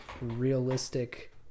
realistic